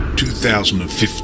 2015